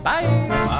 Bye